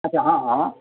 अच्छा हँ हँ